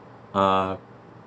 uh